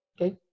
Okay